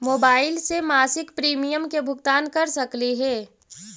Mobile से मासिक premium के भुगतान कर सकली हे?